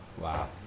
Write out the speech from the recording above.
Wow